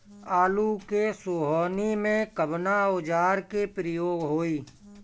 आलू के सोहनी में कवना औजार के प्रयोग होई?